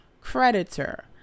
creditor